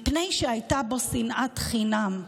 מפני שהייתה בו שנאת חינם.